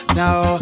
now